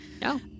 No